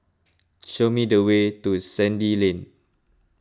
show me the way to Sandy Lane